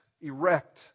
erect